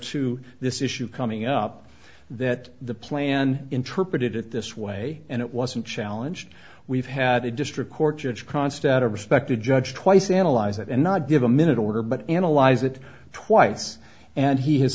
to this issue coming up that the plan interpreted it this way and it wasn't challenged we've had a district court judge kronstadt a respected judge twice analyze it and not give a minute order but analyze it twice and he has